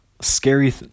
scary